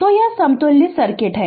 तो यह समतुल्य सर्किट है